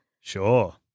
Sure